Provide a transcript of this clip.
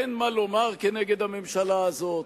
אין מה לומר כנגד הממשלה הזאת,